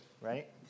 right